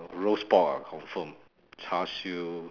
roast pork ah confirm char-siew